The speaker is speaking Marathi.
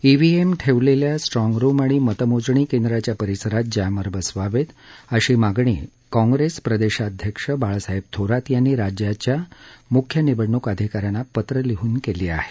ईव्हीएम ठेवलेल्या स्ट्राँग रूम आणि मतमोजणी केंद्राच्या परिसरात जॅमर बसवावेत अशी मागणी काँग्रेस प्रदेशाध्यक्ष बाळासाहेब थोरात यांनी राज्याच्या मुख्य निवडणूक अधिकाऱ्यांना पत्र लिहून केली आहे